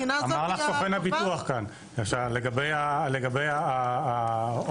אמר לך סוכן הביטוח כאן לגבי הרופאים